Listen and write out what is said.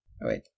wait